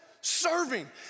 Serving